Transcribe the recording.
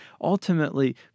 ultimately